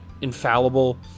infallible